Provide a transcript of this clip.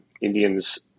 Indians